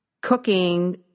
cooking